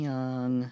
Young